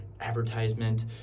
advertisement